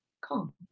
calm